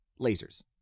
lasers